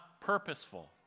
purposeful